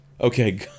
Okay